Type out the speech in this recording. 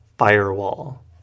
Firewall